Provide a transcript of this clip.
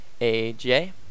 AJ